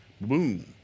boom